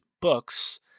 books